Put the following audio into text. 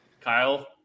Kyle